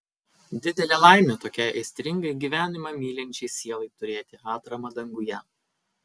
didelė laimė tokiai aistringai gyvenimą mylinčiai sielai turėti atramą danguje